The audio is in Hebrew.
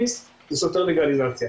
סותר לגליזציה.